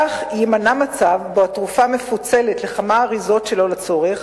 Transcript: כך יימנע מצב שבו התרופה מפוצלת לכמה אריזות שלא לצורך